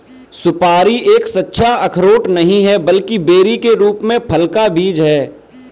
सुपारी एक सच्चा अखरोट नहीं है, बल्कि बेरी के रूप में फल का बीज है